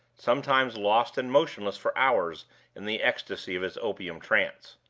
sometimes lost and motionless for hours in the ecstasy of his opium trance.